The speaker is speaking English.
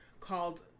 called